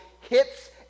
hits